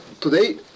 Today